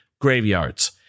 graveyards